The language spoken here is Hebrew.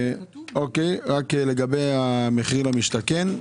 לגבי המחיר למשתכן.